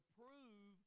prove